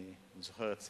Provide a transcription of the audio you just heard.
איך היא קידמה,